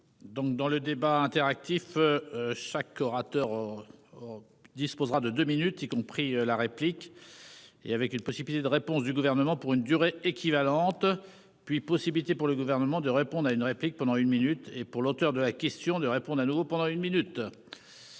dans le débat interactif. Chaque orateur. Disposera de 2 minutes, y compris la réplique et avec une possibilité de réponse du gouvernement pour une durée équivalente. Puis possibilité pour le gouvernement de répondre à une réplique pendant une minute et pour l'auteur de la question de répondre à nouveau pendant une minute.